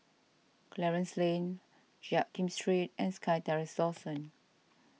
Clarence Lane Jiak Kim Street and SkyTerrace Dawson